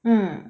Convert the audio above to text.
mm